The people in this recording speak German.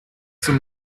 zum